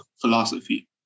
philosophy